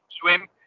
swim